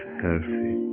healthy